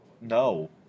No